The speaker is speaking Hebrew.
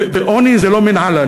ועוני זה לא מן אללה,